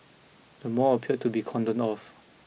the mall appeared to be cordoned off